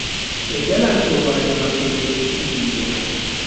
Be jalan sobajo mabbe je fuddi yide mai.